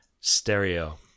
stereo